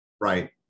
Right